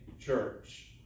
church